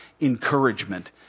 encouragement